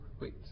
wait